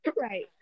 Right